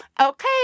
okay